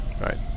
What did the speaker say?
Right